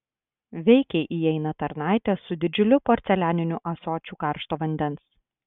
veikiai įeina tarnaitė su didžiuliu porcelianiniu ąsočiu karšto vandens